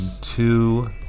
two